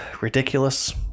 ridiculous